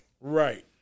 right